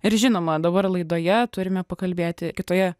ir žinoma dabar laidoje turime pakalbėti kitoje